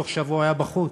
בתוך שבוע היה בחוץ.